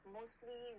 mostly